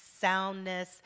soundness